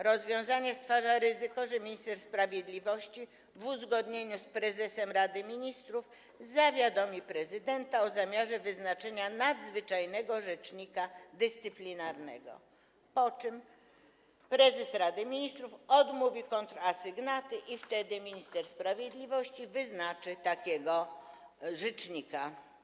Rozwiązanie stwarza ryzyko, że minister sprawiedliwości w uzgodnieniu z prezesem Rady Ministrów zawiadomi prezydenta o zamiarze wyznaczenia nadzwyczajnego rzecznika dyscyplinarnego, po czym prezes Rady Ministrów odmówi kontrasygnaty i wtedy minister sprawiedliwości wyznaczy takiego rzecznika.